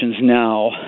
now